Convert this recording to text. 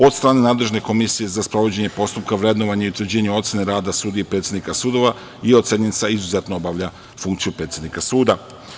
Od strane nadležne Komisije za sprovođenje postupka, vrednovanje i utvrđivanje ocene rada sudija i predsednika sudova je ocenjen sa „izuzetno obavlja funkciju predsednika suda“